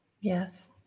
Yes